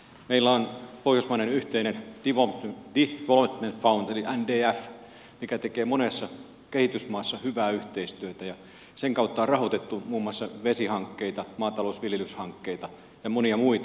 meillä on pohjoismaiden yhteinen nordic development fund eli ndf mikä tekee monessa kehitysmaassa hyvää yhteistyötä ja sen kautta on rahoitettu muun muassa vesihankkeita maatalousviljelyshankkeita ja monia muita